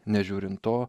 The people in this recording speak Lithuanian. nežiūrint to